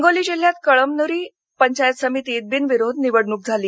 हिंगोली जिल्ह्यात कळमनुरी पंचायत समितीत बिनविरोध निवडणुक झाली